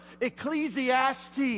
Ecclesiastes